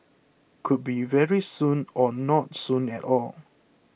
could be very soon or not soon at all